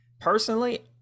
personally